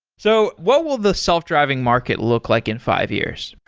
so what will the self-driving market look like in five years?